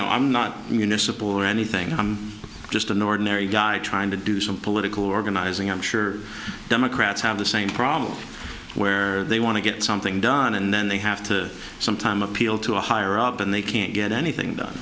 know i'm not municipal or anything i'm just an ordinary guy trying to do some political organizing i'm sure democrats have the same problem where they want to get something done and then they have to sometime appeal to a higher up and they can't get anything done